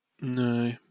No